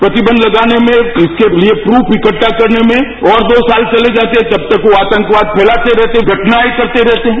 प्रतिक्ष लगाने में इसके लिए प्रफ इव्हा करने में और दो साल चले जाते हैं तब तक यो आतंकवाद फैलाते रहते हैं घटनाएं करते रहते हैं